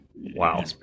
Wow